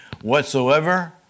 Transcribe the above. whatsoever